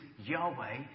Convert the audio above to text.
Yahweh